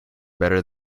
better